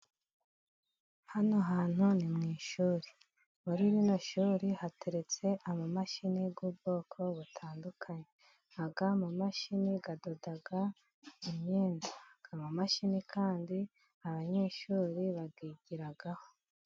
Hano hantu ni mu ishuri. Muri rino shuri hateretse amamashini y'ubwoko butandukanye. Aya mamashini adoda imyenda, aya mamashini kandi abanyeshuri bayigiraho.